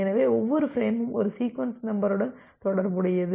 எனவே ஒவ்வொரு ஃபிரேமும் ஒரு சீக்வென்ஸ் நம்பருடன் தொடர்புடையது